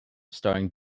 starring